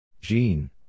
Jean